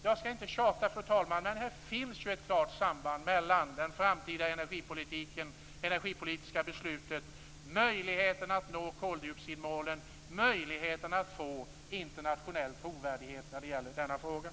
Jag skall inte tjata, fru talman, men det finns ju ett klart samband mellan den framtida energipolitiken, det energipolitiska beslutet, möjligheten att nå koldioxidmålen och möjligheten att vinna internationell trovärdighet i denna fråga.